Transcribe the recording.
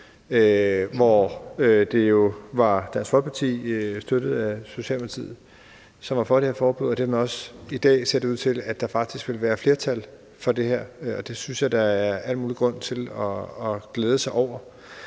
hvor det jo var Dansk Folkeparti støttet af Socialdemokratiet, som var for det her forbud, og dermed ser det faktisk i dag også ud til, at der vil være flertal for det her, og det synes jeg der er al mulig grund til at glæde sig over,